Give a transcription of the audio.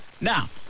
Now